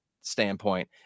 standpoint